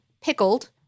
pickled